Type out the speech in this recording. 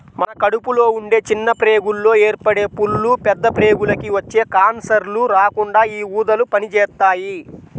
మన కడుపులో ఉండే చిన్న ప్రేగుల్లో ఏర్పడే పుళ్ళు, పెద్ద ప్రేగులకి వచ్చే కాన్సర్లు రాకుండా యీ ఊదలు పనిజేత్తాయి